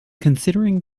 considering